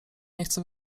chce